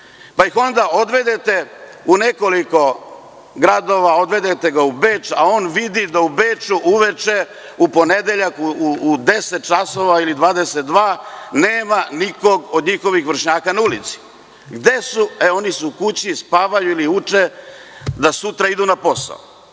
Onda ih odvedete u nekoliko gradova, odvedete ga u Beč, a on vidi da u Beču uveče u ponedeljak u 22,00 sata nema nikog od njihovih vršnjaka na ulici. Gde su? Oni su kući, spavaju ili uče, da sutra idu na posao.